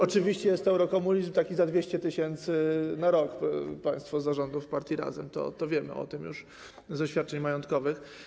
Oczywiście jest to eurokomunizm taki za 200 tys. na rok, państwo z zarządu partii Razem, wiemy o tym już z oświadczeń majątkowych.